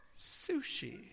sushi